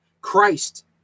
Christ